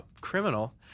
criminal